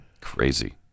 Crazy